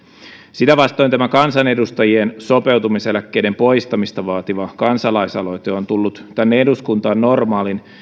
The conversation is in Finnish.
sitä vastoin tämä kansanedustajien sopeutumiseläkkeiden poistamista vaativa kansalaisaloite on tullut tänne eduskuntaan normaalin